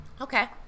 Okay